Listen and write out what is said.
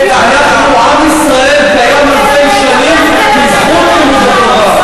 עם ישראל קיים אלפי שנים בזכות לימוד התורה.